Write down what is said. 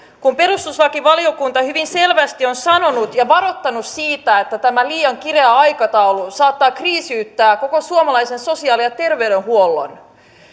kun perustuslakivaliokunta hyvin selvästi on sanonut ja varoittanut siitä että tämä liian kireä aikataulu saattaa kriisiyttää koko suomalaisen sosiaali ja terveydenhuollon